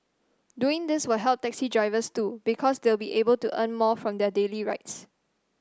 doing this will help taxi drivers too because they'll be able to earn more from their daily rides